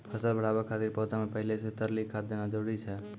फसल बढ़ाबै खातिर पौधा मे पहिले से तरली खाद देना जरूरी छै?